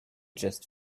just